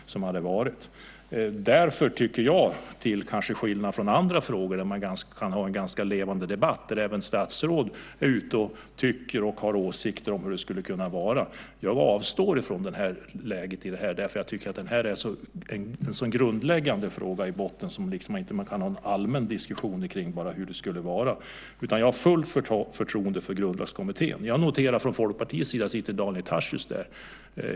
Därför tycker jag, kanske till skillnad från andra frågor, där man kan ha en ganska levande debatt där även statsråd är ute och tycker och har åsikter om hur det skulle kunna vara, att jag bör avstå från det här. Det här är en grundläggande fråga som man inte bara kan ha en allmän diskussion omkring, hur det skulle vara. Jag har fullt förtroende för Grundlagskommittén. Jag noterar att från Folkpartiets sida sitter Daniel Tarschys där.